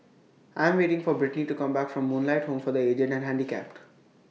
I Am waiting For Britni to Come Back from Moonlight Home For The Aged and Handicapped